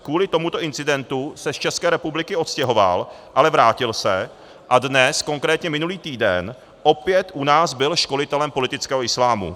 Kvůli tomuto incidentu se z České republiky odstěhoval, ale vrátil se a dnes, konkrétně minulý týden, opět u nás byl školitelem politického islámu.